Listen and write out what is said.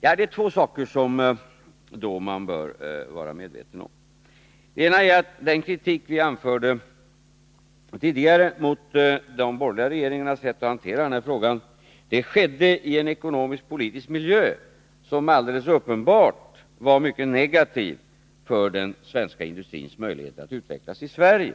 Det är då några saker som man bör vara medveten om. Vår kritik tidigare mot de borgerliga regeringarnas sätt att hantera den här frågan framfördes i en ekonomisk-politisk miljö som alldeles uppenbart var mycket negativ för den svenska industrins möjligheter att utvecklas i Sverige.